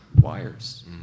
wires